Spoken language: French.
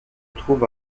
trouve